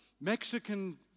Mexican